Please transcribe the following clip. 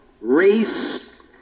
race